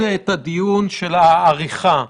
המנהל הכללי של משרד הבריאות יקבע